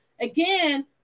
again